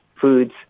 foods